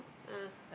ah